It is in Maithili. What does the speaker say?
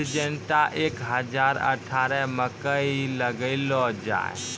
सिजेनटा एक हजार अठारह मकई लगैलो जाय?